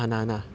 你自己想想